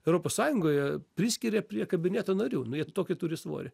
europos sąjungoje priskiria prie kabineto narių nu jie tokį turi svorį